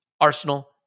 Arsenal